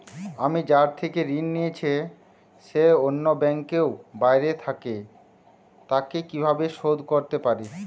আমি যার থেকে ঋণ নিয়েছে সে অন্য ব্যাংকে ও বাইরে থাকে, তাকে কীভাবে শোধ করতে পারি?